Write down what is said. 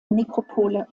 nekropole